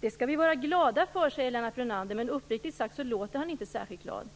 Det skall vi vara glada för, säger Lennart Brunander. Uppriktigt sagt låter han inte särskilt glad.